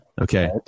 Okay